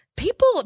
People